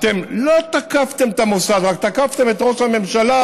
אתם לא תקפתם את המוסד, רק תקפתם את ראש הממשלה,